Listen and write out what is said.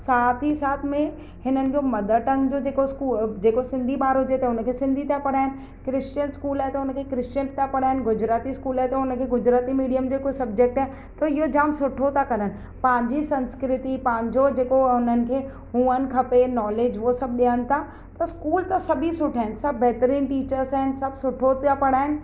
साथ ई साथ में हिननि जो मदर टंग जो जेको स्कु जेको सिंधी ॿार हुजे त हुनखे सिंधी ता पढ़ाइनि क्रिश्चन स्कूल आहे त हुनखे क्रिश्चन था पढ़ाइनि गुजराती स्कूल आहे त हुनखे गुजराती मीडियम जेको सब्जेक्ट आहे त इहो जाम सुठो था करनि पंहिंजी संस्कृति पंहिंजो जेको आहे हुननि खे हुअणु खपे नॉलेज उहो सभु ॾियनि था त स्कूल त सभी सुठा आहिनि सभु बहितरीन टीचस आहिनि सभु सुठो पिया पढ़ाइनि